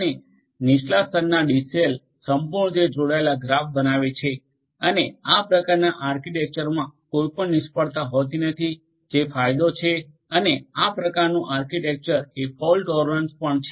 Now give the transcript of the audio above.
અને નીચલા સ્તરના ડીસેલ સંપૂર્ણ રીતે જોડાયેલ ગ્રાફ બનાવે છે અને આ પ્રકારના આર્કિટેક્ચરમાં કોઈ પણ નિષ્ફળતા હોતી નથી જે ફાયદો છે અને આ પ્રકારનો આર્કિટેક્ચર એ ફોલ્ટ ટોલરન્ટ પણ છે